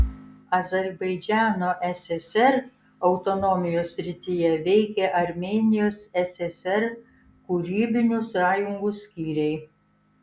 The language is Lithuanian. azerbaidžano ssr autonomijos srityje veikė armėnijos ssr kūrybinių sąjungų skyriai